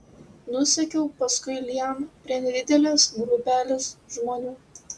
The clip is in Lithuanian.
nusekiau paskui lianą prie nedidelės grupelės žmonių